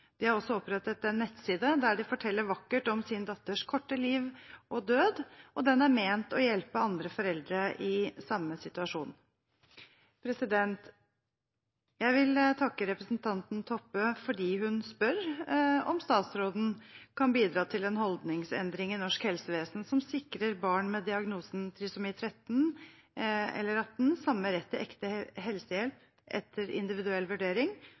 De har også opprettet en nettside der de forteller vakkert om sin datters korte liv og død, og den er ment å hjelpe andre foreldre i samme situasjon. Jeg vil takke representanten Toppe fordi hun spør om statsråden kan bidra til en holdningsendring i norsk helsevesen som sikrer barn med diagnosen trisomi 13 eller 18 samme rett til ekte helsehjelp etter individuell vurdering